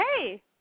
hey